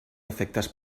efectes